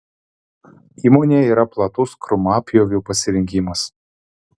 įmonėje yra platus krūmapjovių pasirinkimas